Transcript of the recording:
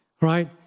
right